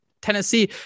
Tennessee